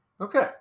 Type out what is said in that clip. Okay